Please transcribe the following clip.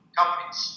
companies